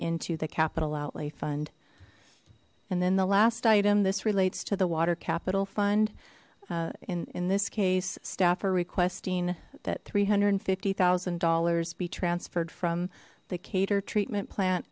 into the capital outlay fund and then the last item this relates to the water capital fund in in this case staff are requesting that three hundred and fifty thousand dollars be transferred from the cater treatment plant